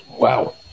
Wow